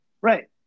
Right